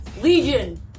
Legion